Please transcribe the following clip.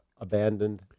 abandoned